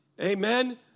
Amen